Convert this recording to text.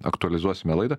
aktualizuosime laidą